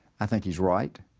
i think he is right.